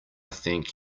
thank